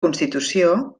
constitució